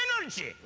energy